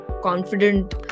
confident